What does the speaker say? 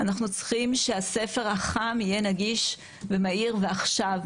אנחנו צריכים שהספר החם יהיה נגיש ומהיר ועכשיו,